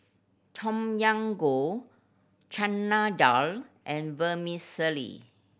Tom Yam Goong Chana Dal and Vermicelli